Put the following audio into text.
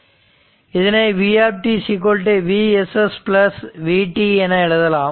இதனை v Vss Vt என எழுதலாம்